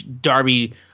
Darby